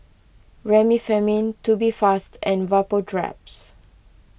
Remifemin Tubifast and Vapodraps